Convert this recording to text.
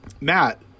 Matt